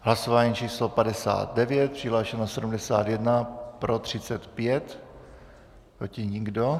Hlasování číslo 59, přihlášeno je 71, pro 35, proti nikdo.